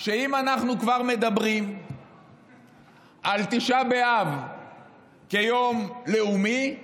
שאם אנחנו כבר מדברים על תשעה באב כיום לאומי,